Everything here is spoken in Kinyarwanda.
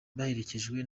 baherekejwe